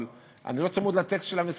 אבל אני לא צמוד לטקסט של המשרד,